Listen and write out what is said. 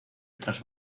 otras